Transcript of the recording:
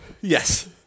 Yes